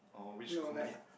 or which